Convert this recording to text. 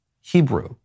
Hebrew